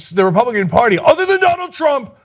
the republican party, other than donald trump,